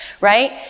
right